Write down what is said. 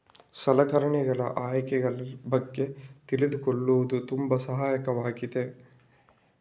ಸಲಕರಣೆಗಳ ಆಯ್ಕೆಗಳ ಬಗ್ಗೆ ತಿಳಿದುಕೊಳ್ಳುವುದು ತುಂಬಾ ಸಹಾಯಕವಾಗಿದೆ